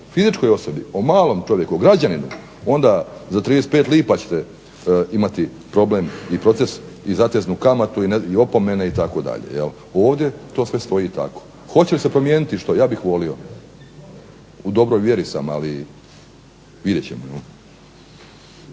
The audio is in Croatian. fizičkoj osobi, o malom čovjeku, o građaninu onda za 35 lipa ćete imati problem i proces i zateznu kamatu i opomene itd. Ovdje to sve stoji tako. Hoće li se promijeniti što? Ja bih volio. U dobroj vjeri sam, ali vidjet ćemo.